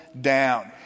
down